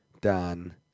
Dan